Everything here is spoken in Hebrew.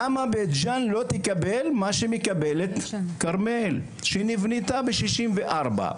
למה בית ג'אן לא תקבל מה שמקבלת כרמיאל שנבנתה ב-1964?